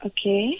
Okay